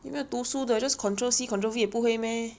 没有读书的 just control C control V 也不会 meh